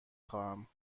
خواهم